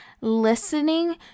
listening